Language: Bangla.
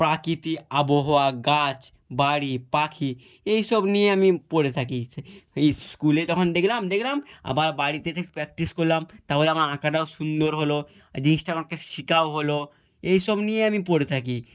পাকৃতি আবহাওয়া গাছ বাড়ি পাখি এই সব নিয়ে আমি পড়ে থাকি সেই স্কুলে তখন দেখলাম দেখলাম আবার বাড়িতে থেক প্র্যাক্টিস করলাম তাহলে আমার আঁকাটাও সুন্দর হলো জিনিসটা আমাকে শেখাও হলো এই সব নিয়ে আমি পড়ে থাকি